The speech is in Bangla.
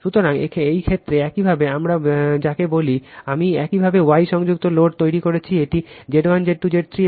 সুতরাং এই ক্ষেত্রে একইভাবে আমরা যাকে বলি আমি একইভাবে Y সংযুক্ত লোড তৈরি করেছি এটি Z1 Z2 Z 3